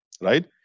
right